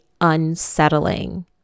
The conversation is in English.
unsettling